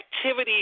activity